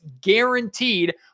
guaranteed